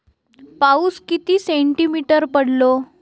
पाऊस किती सेंटीमीटर पडलो?